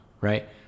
right